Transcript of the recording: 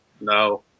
no